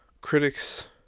critics